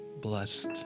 blessed